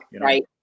Right